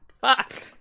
Fuck